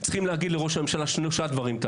צריכים להגיד לראש הממשלה שיעשה שלושה דברים.